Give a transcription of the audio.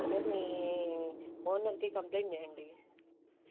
ఒకసారి మీ ఓనర్కి కంప్లయింట్ చెయ్యండి